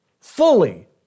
fully